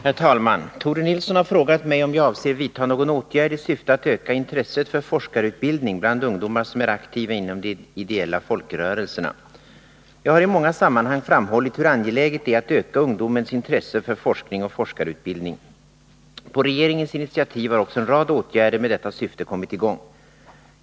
Fru talman! Tore Nilsson har frågat mig om jag avser vidta någon åtgärd i syfte att öka intresset för forskarutbildning bland ungdomar som är aktiva inom de ideella folkrörelserna. Jag har i många sammanhang framhållit hur angeläget det är att öka ungdomens intresse för forskning och forskarutbildning. På regeringens initiativ har också en rad åtgärder med detta syfte kommit i gång.